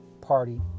party